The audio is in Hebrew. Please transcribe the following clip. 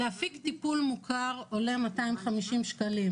להפיק טיפול מוכר עולה 250 שקלים,